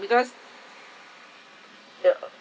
because the ugh